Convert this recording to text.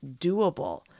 doable